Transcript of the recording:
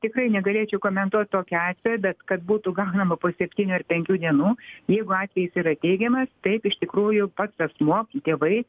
tikrai negalėčiau komentuot tokio atvejo bet kad būtų gaunama po septynių ar penkių dienų jeigu atvejis yra teigiamas taip iš tikrųjų pats asmuo tėvai